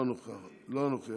לא נוכחת.